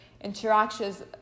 interactions